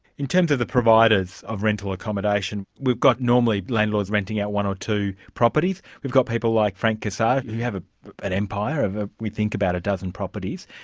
in terms of the providers of rental accommodation, we've got, normally, landlords renting out one or two properties. we've got people like frank cassar who have ah an empire of, we think, about a dozen properties.